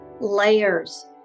layers